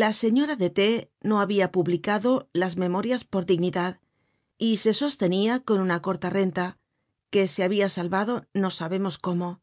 la señora de t no habia publicado las memorias por dignidad y se sostenia con una corta renta que se habia salvado no sabemos cómo